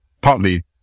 Partly